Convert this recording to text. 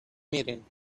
meeting